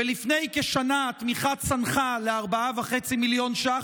ולפני כשנה התמיכה צנחה ל-4.5 מיליון שקלים,